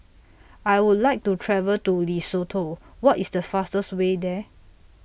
I Would like to travel to Lesotho What IS The fastest Way There